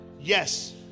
Yes